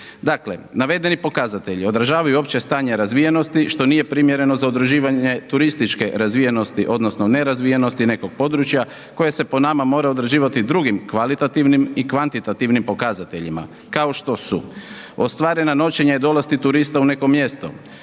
Dakle, navedeni pokazatelji održavaju opće stanje razvijenosti što nije primjereno za udruživanje turističke razvijenosti odnosno nerazvijenosti nekog područja koje se po nama mora odrađivati drugim kvalitativnim i kvantitativnim pokazateljima kao što su ostvarena noćenja i dolasci turista u neko mjesto,